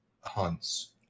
Hunts